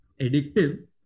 addictive